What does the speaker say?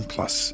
Plus